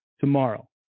tomorrow